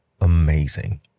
amazing